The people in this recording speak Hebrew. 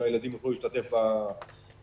שהילדים יוכלו להשתתף בהלוויה.